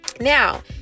Now